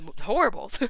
horrible